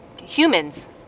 humans